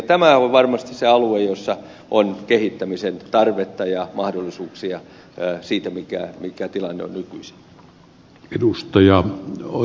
tämä on varmasti se alue jossa on kehittämisen tarvetta ja mahdollisuuksia siihen nähden mikä tilanne on nykyisin